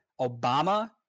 Obama